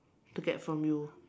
to get from you